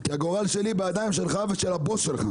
כי הגורל שלי בידיים שלך ושל הבוס שלך.